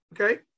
Okay